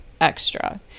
extra